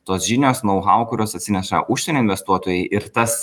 tos žinios nuo houkuros atsineša užsienio investuotojai ir tas